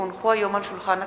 כי הונחו היום על שולחן הכנסת,